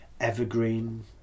evergreen